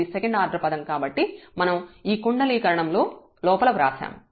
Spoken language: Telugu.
ఇది సెకండ్ ఆర్డర్ పదం కాబట్టి మనం ఈ కుండలీకరణము లోపల వ్రాశాము